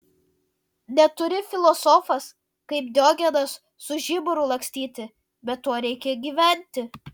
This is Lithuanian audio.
neturi filosofas kaip diogenas su žiburiu lakstyti bet tuo reikia gyventi